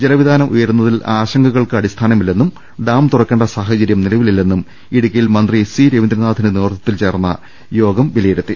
ജലവിതാനം ഉയരുന്നതിൽ ആശങ്കക്ക് അടിസ്ഥാനമില്ലെന്നും ഡാം തുറക്കേണ്ട സാഹചര്യം നിലവിലില്ലെന്നും ഇടു ക്കിയിൽ മന്ത്രി സി രവീന്ദ്രനാഥിന്റെ സാന്നിധ്യത്തിൽ ചേർന്ന യോഗം വില യിരുത്തി